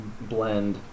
blend